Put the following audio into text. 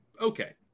okay